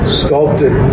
sculpted